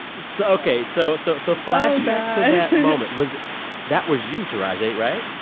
so ok. so so so flashback to that moment. was that was you, tarazha right?